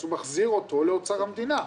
אז הוא מחזיר אותו לאוצר המדינה.